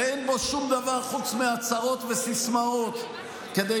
ואין בו שום דבר חוץ מהצהרות וסיסמאות כדי